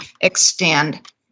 extend